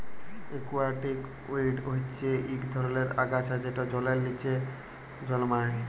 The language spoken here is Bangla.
একুয়াটিক উইড হচ্যে ইক ধরলের আগাছা যেট জলের লিচে জলমাই